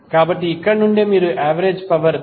కాబట్టి ఇక్కడ నుండే మీరు యావరేజ్ పవర్ 344